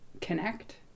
connect